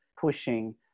pushing